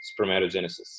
spermatogenesis